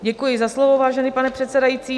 Děkuji za slovo, vážený pane předsedající.